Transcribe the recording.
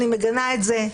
אני מגנה את זה,